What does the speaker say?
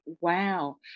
Wow